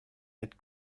être